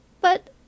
But